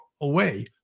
away